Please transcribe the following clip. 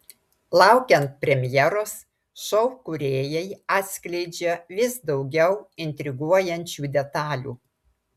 laukiant premjeros šou kūrėjai atskleidžia vis daugiau intriguojančių detalių